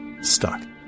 stuck